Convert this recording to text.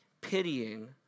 pitying